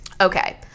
Okay